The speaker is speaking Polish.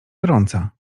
gorąca